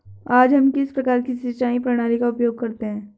आज हम किस प्रकार की सिंचाई प्रणाली का उपयोग करते हैं?